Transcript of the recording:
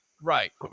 right